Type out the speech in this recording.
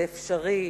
זה אפשרי,